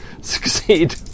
succeed